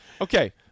Okay